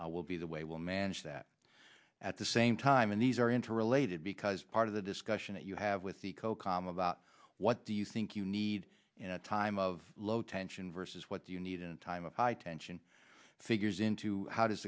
will be the way we'll manage that at the same time and these are interrelated because part of the discussion that you have with the cocom about what do you think you need in a time of low tension versus what do you need in a time of high tension figures into how does